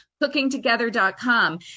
cookingtogether.com